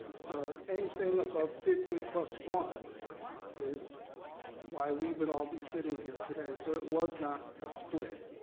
so anything above fifty plus one is why we would all be sitting here today. so it was not a split.